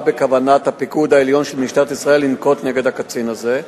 מה בכוונת הפיקוד העליון של משטרת ישראל לנקוט נגד הקצין הזה.